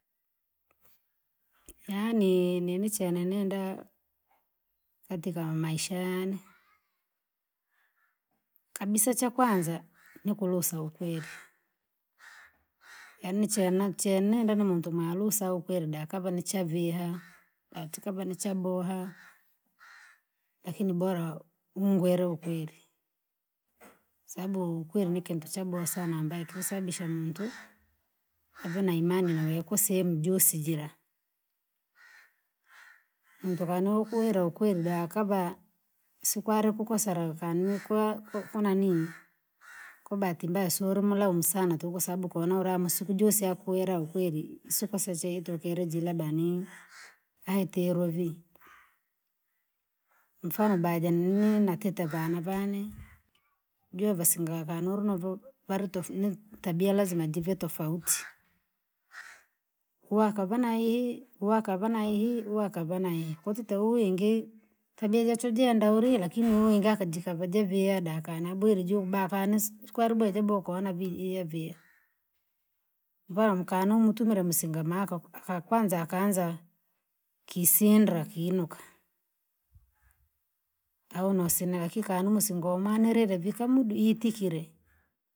Yaani ninichena nenda katika maisha yane. Kabisa cha kwanza, nikulusa ukweli, yaani chenachena nenda muntu maalusa ukweli daka vana via. Tukavana cha mboa, lakini bora umungwele ukweli, sabu ukweli ni kintu cha boha sana, ambako sababisha muntu ave na imani nawe kwa sehemu jusi gira. muntu vanu ukweli ukweli vakava sikwaru kukosera vanu kuuna nia. Kubahati mbaya sumlaumu sana tuku sabu kunurama sikujua sakwera ukweli sikuzake zote jira bani, aitero vi. Mfano, bayeni vateta vane vanne. Jua vasinga vanu vevo, vatu varatu tabia lazima vi tofauti. Waka wanahii, waka wanahii, waka wanihii, katika uwingi chujia chujia ndauli lakini uwinga katika vijavia dakana bwiri ju bavana kwaruba keboka vana via. Va ka mtungila msimakho, kwanza akanza kisindra kiruka. Auna sina hakika singomanyirire vikamwitikire.